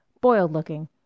Boiled-looking